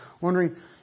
wondering